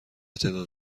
تعداد